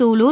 Sulur